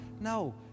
No